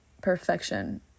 perfection